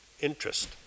interest